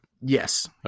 yes